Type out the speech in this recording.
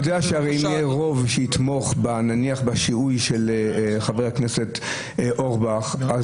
אתה יודע הרי שאם יהיה רוב שיתמוך בשיהוי של חבר הכנסת אורבך נניח,